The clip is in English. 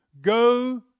Go